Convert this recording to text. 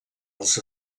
als